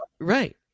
Right